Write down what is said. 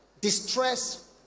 distress